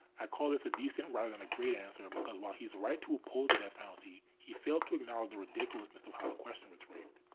i called this a decent rather than a great answer because while he's right to oppose the death penalty, he failed to acknowledge the ridiculousness of how the question was framed.